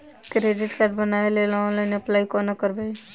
Credit card बनाबै लेल online apply कोना करबै?